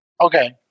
okay